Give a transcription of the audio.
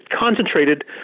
concentrated